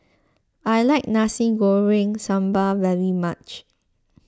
I like Nasi Goreng Sambal very much